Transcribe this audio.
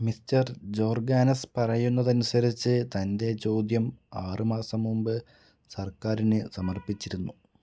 mister ജോർഗാനസ് പറയുന്നതനുസരിച്ച് തന്റെ ചോദ്യം ആറ് മാസം മുമ്പ് സർക്കാരിന് സമർപ്പിച്ചിരുന്നു